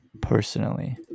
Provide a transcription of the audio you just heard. personally